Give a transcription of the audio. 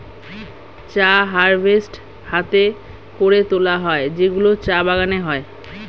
চা হারভেস্ট হাতে করে তোলা হয় যেগুলো চা বাগানে হয়